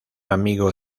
amigo